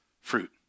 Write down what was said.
fruit